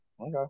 Okay